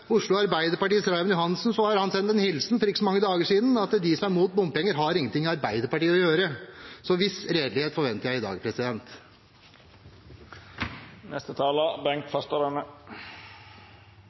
Oslo Arbeiderpartis Raymond Johansen, har han sendt en hilsen for ikke så mange dager siden: De som er imot bompenger, har ingenting i Arbeiderpartiet å gjøre. Så en viss redelighet forventer jeg i dag.